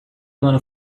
going